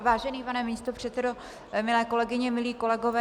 Vážený pane místopředsedo, milé kolegyně, milí kolegové.